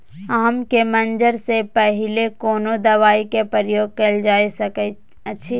आम के मंजर से पहिले कोनो दवाई के प्रयोग कैल जा सकय अछि?